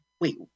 wait